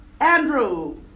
Andrew